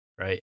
Right